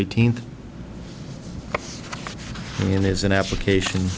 eighteenth in is an application